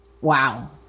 Wow